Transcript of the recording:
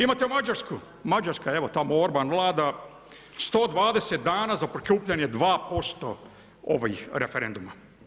Imate Mađarsku, Mađarske evo, tamo Orban vlada, 120 dana za prikupljanje 2% referenduma.